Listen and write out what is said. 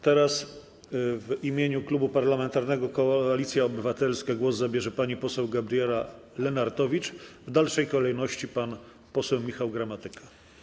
Teraz w imieniu Klubu Parlamentarnego Koalicja Obywatelska głos zabierze pani poseł Gabriela Lenartowicz, a w dalszej kolejności pan poseł Michał Gramatyka.